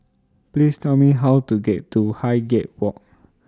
Please Tell Me How to get to Highgate Walk